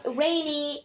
rainy